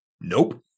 nope